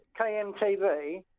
KMTV